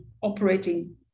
operating